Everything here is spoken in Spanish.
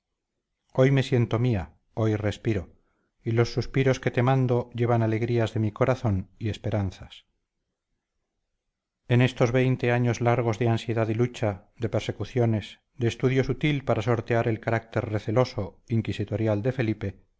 hoy me siento mía hoy respiro y los suspiros que te mando llevan alegrías de mi corazón y esperanzas en estos veinte años largos de ansiedad y lucha de persecuciones de estudio sutil para sortear el carácter receloso inquisitorial de felipe